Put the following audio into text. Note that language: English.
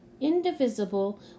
indivisible